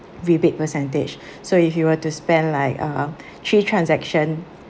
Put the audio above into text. rebate percentage so if you were to spend like uh three transaction